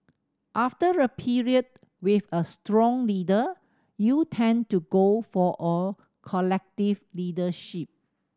after a period with a strong leader you tend to go for a collective leadership